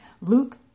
Luke